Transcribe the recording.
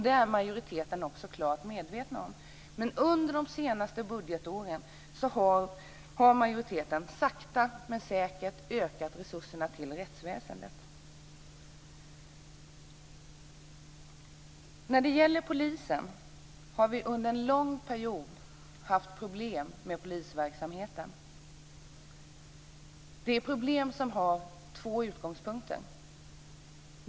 Det är majoriteten också klart medveten om. Under de senaste budgetåren har majoriteten sakta med säkert ökat resurserna till rättsväsendet. Vi har under en lång tid haft problem med polisverksamheten. Dessa problem har två utgångspunkter.